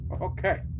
Okay